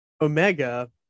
Omega